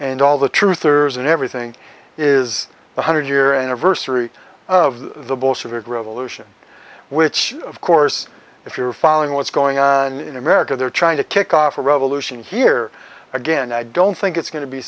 and all the truth ers and everything is one hundred year anniversary of the bolshevik revolution which of course if you're following what's going on in america they're trying to kick off a revolution here again i don't think it's going to be